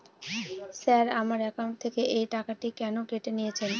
Sir আমার account থেকে এই টাকাটি কেন কেটে নিয়েছেন?